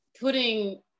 putting